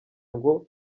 ngo